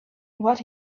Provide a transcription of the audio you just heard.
what